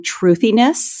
truthiness